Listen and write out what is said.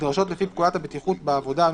שנדרשות לפי פקודת הבטיחות בעבודה ,